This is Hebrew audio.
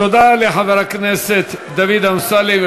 תודה לחבר הכנסת דוד אמסלם,